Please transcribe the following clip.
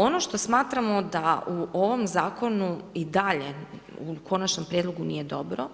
Ono što smatramo da u ovom zakonu i dalje, u konačnom prijedlogu nije dobro,